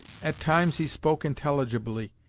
at times he spoke intelligibly,